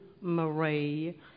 Marie